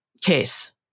case